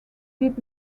did